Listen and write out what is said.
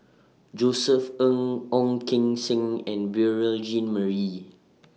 Josef Ng Ong Keng Sen and Beurel Jean Marie